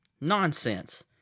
nonsense